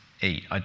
eat